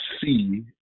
see